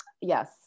yes